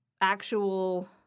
actual